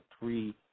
three